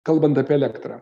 kalbant apie elektrą